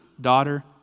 daughter